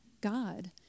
God